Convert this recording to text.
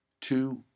two